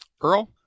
Earl